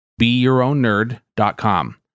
beyourownnerd.com